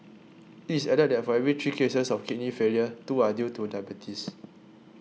it added that for every three cases of kidney failure two are due to diabetes